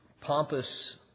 pompous